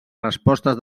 respostes